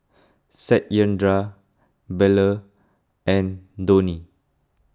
Satyendra Bellur and Dhoni